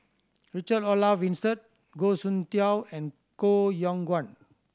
Richard Olaf Winstedt Goh Soon Tioe and Koh Yong Guan